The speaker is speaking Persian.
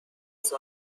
وقتی